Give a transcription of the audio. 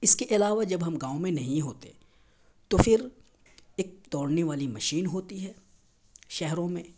اس کے علاوہ جب ہم گاؤں میں نہیں ہوتے تو پھر اک دوڑنے والی مشین ہوتی ہے شہروں میں